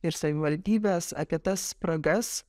ir savivaldybės apie tas spragas